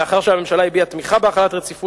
מאחר שהממשלה הביעה תמיכתה בהחלת רציפות